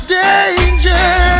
danger